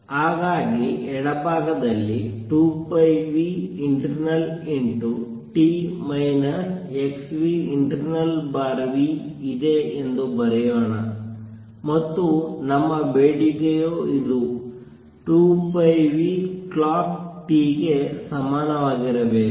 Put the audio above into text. ಹಾಗಾಗಿ ಎಡಭಾಗದಲ್ಲಿ 2πinternalt xinternalv ಇದೆ ಎಂದು ಬರೆಯೋಣ ಮತ್ತು ನಮ್ಮ ಬೇಡಿಕೆಯು ಇದು 2πclockt ಗೆ ಸಮನಾಗಿರಬೇಕು